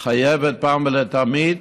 חייבת פעם אחת ולתמיד